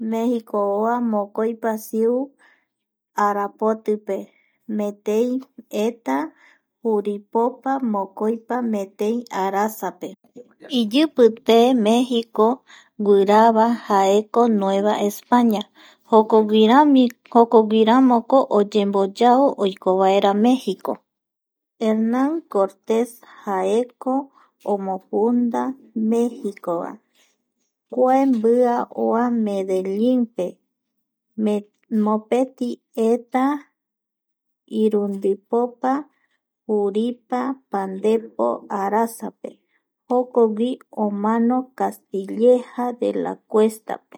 Mexico oa mokoipa siu arapotipe ,metei eta juripopa mokoi arasa pe ,iyipi tee Mexico guirajava jaeko Nueva España, jokoguirami, jokoguiramoko oyemboyao oiko vaera Mexico Hernan Cortez jaeko omofunda Mexico va kua mbia oa medellinpe mopeti eta irundipopa juripa pandepo arasape, jokogui omano castilleja de la cueva pe